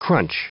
Crunch